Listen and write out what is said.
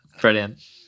Brilliant